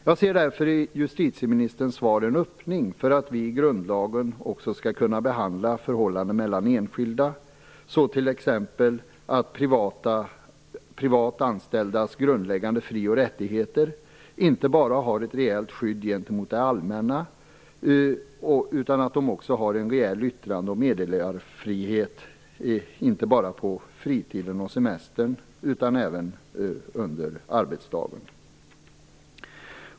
Jag ser därför i justitieministerns svar en öppning för att vi i grundlagen också skall kunna behandla förhållandena mellan enskilda, t.ex. att privat anställdas grundläggande fri och rättigheter inte bara har ett reellt skydd gentemot det allmänna utan att de också har en reell yttrande och meddelarfrihet, inte bara på fritiden och semestern, utan även under arbetsdagen.